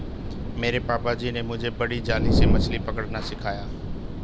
मेरे पापा जी ने मुझे बड़ी जाली से मछली पकड़ना सिखाया